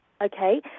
Okay